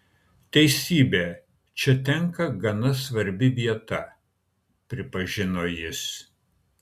teisybė čia tenka gana svarbi vieta pripažino jis